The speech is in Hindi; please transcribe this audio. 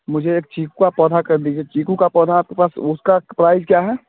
मुझे एक चीकू का पौधा कर दीजिए चीकू का पौधा आपके पास उसका प्राइज़ क्या है